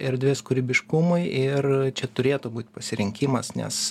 erdvės kūrybiškumui ir čia turėtų būt pasirinkimas nes